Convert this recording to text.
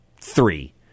three